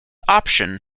option